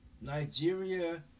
Nigeria